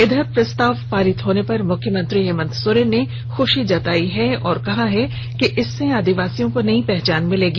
इधर प्रस्ताव पारित होने पर मुख्यमंत्री हेमंत सोरेन ने ख्शी जतायी और कहा है कि इससे आदिवासियों को नई पहचान मिलेगी